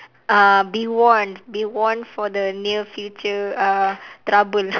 uh be warned be warned for the near future uh trouble